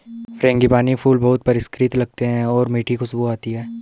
frangipani फूल बहुत परिष्कृत लगते हैं और मीठी खुशबू आती है